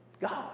God